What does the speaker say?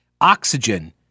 oxygen